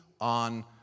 on